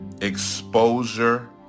Exposure